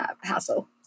hassle